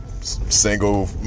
Single